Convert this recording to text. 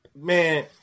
Man